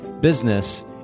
business